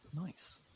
Nice